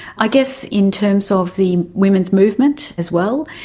i guess in terms of the women's movement as well,